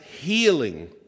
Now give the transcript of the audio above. healing